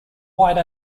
wide